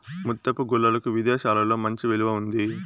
ముత్యపు గుల్లలకు విదేశాలలో మంచి విలువ ఉంది